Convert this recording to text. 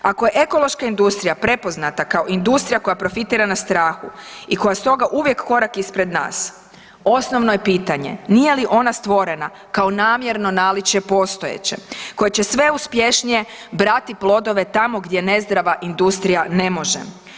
Ako je ekološka industrija prepoznata kao industrija koja profitira na strahu i koja je stoga uvijek korak ispred nas, osnovno je pitanje nije li ona stvorena kao namjerno naličje postojeće kojeg će sve uspješnije brati plodove tamo gdje nezdrava industrija ne može?